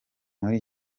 muri